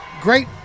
Great